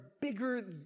bigger